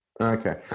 Okay